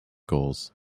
goals